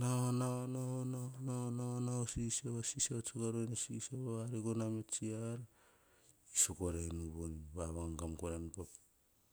Nau, nau, nau, nau, sisiava, sisiava tsuk a ruwene, sisiava tsiar. iso korai nu von